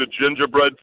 gingerbread